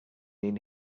mean